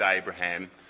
Abraham